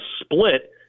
split